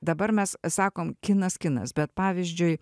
dabar mes sakom kinas kinas bet pavyzdžiui